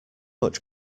much